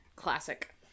Classic